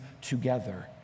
together